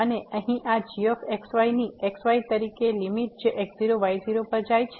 અને અહીં આ gx yની x y તરીકે લીમીટ જે x0 y0 પર જાય છે